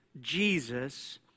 Jesus